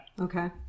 Okay